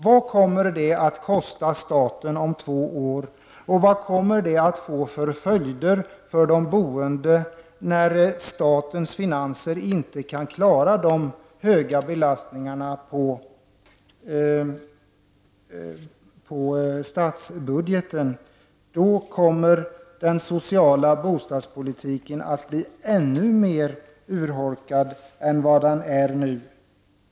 Vad kommer det att kosta staten om två år? Vad kommer det att få för följder för de boende när statens finanser inte kan klara de stora belastningarna på statsbudgeten? Den sociala bostadspolitiken kommer att bli ännu mer urholkad än vad den är nu.